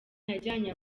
yajyanye